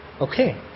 Okay